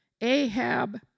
Ahab